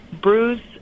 bruce